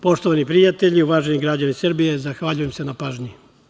Poštovani prijatelji, uvaženi građani Srbije, zahvaljujem se na pažnji.